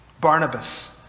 Barnabas